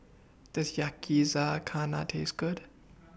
Does Yakizakana Taste Good